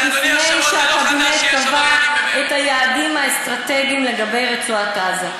לפני שהקבינט קבע את היעדים האסטרטגיים לגבי רצועת-עזה.